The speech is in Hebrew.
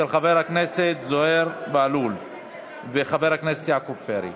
של חבר הכנסת זוהיר בהלול וחבר הכנסת יעקב פרי.